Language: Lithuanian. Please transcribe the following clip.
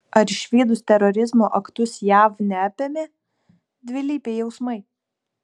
ar išvydus terorizmo aktus jav neapėmė dvilypiai jausmai